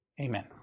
Amen